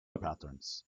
patterns